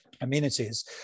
amenities